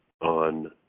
on